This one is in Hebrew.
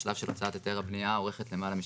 השלב של הוצאת היתר הבנייה אורך למעלה משנתיים.